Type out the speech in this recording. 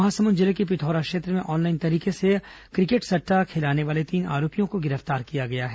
महासमुंद जिले के पिथौरा क्षेत्र में ऑनलाइन तरीके से क्रिकेट सट्टा खेलाने वाले तीन आरोपियों को गिरफ्तार किया गया है